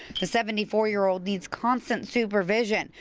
seventy four year old needs constant supervision.